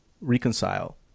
reconcile